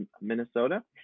Minnesota